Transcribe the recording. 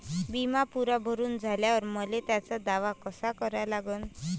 बिमा पुरा भरून झाल्यावर मले त्याचा दावा कसा करा लागन?